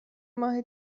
ماه